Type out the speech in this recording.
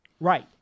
Right